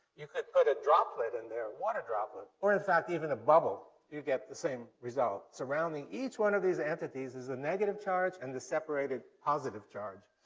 you could put a droplet in there, a water droplet, or, in fact, even a bubble, you'd get the same result. surrounding each one of these entities is a negative charge and the separated positive charge.